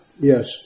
Yes